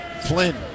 Flynn